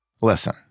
Listen